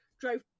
drove